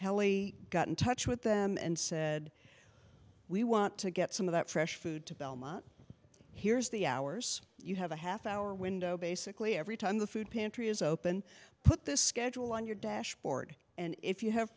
helly got in touch with them and said we want to get some of that fresh food to belmont here's the hours you have a half hour window basically every time the food pantry is open put this schedule on your dashboard and if you have